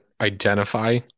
identify